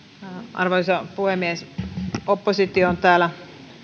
arvoisa puhemies oppositio on täällä